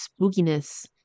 spookiness